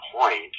point